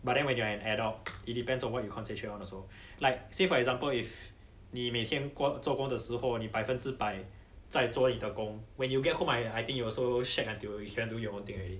but then when you're an adult it depends on what you concentrate on also like say for example if 你每天过做工的时候你百分之百在做你的工 when you get home I I think you also shag until you cannot do your own thing already